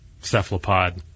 cephalopod